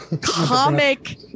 comic